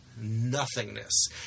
nothingness